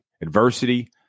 adversity